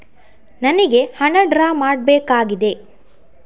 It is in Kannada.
ನನಿಗೆ ಹಣ ಡ್ರಾ ಮಾಡ್ಬೇಕಾಗಿದೆ